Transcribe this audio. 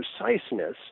preciseness